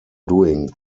doing